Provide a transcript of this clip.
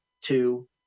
two